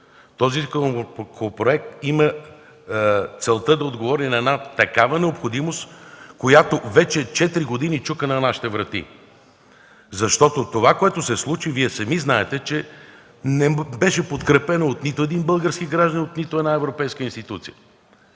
Този законопроект има целта да отговори на една такава необходимост, която вече четири години чука на нашите врати. Това, което се случи, сами знаете, че не беше подкрепено от нито един български гражданин, от нито една европейска институция.